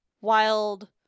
wild